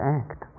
act